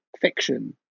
fiction